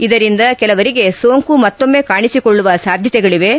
ಇದರಿಂದ ಕೆಲವರಿಗೆ ಸೋಂಕು ಮತ್ತೊಮ್ನ ಕಾಣಿಸಿಕೊಳ್ಳುವ ಸಾಧ್ಯತೆಗಳಿವೆ